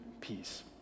peace